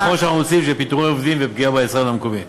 הדבר האחרון שאנחנו רוצים זה פיטורי עובדים ופגיעה ביצרן המקומי.